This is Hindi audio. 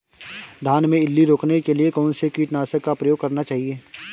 धान में इल्ली रोकने के लिए कौनसे कीटनाशक का प्रयोग करना चाहिए?